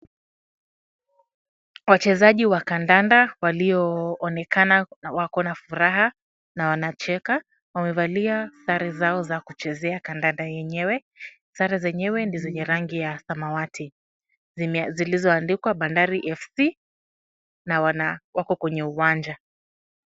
Wachezaji wa kandanda walioonekana wako na furaha na wanacheka wamevalia sare zao za kuchezea kandanda yenyewe. Sare zenyewe ndio zenye rangi ya samawati zilizoandikwa Bandari FC na wana wako kwenye uwanja.